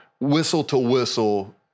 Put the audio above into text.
whistle-to-whistle